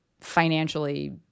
financially